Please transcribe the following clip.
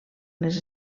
les